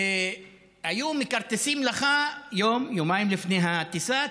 והיו מכרטסים לך יום-יומיים לפני הטיסה,